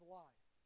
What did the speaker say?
life